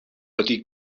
ydy